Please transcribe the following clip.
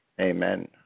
Amen